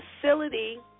facility